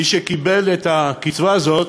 מי שקיבלו את הקצבה הזאת